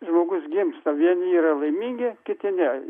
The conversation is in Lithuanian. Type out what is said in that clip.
žmogus gimsta vieni yra laimingi kiti ne